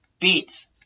beats